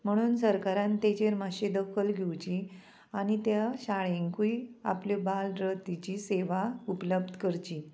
म्हणून सरकारान तेजेर मातशें दखल घेवची आनी त्या शाळेंकूय आपल्यो बाल रथिची सेवा उपलब्ध करची